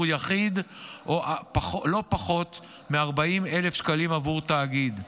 יחיד או לא פחות מ-40,000 שקלים עבור תאגיד,